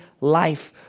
life